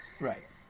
Right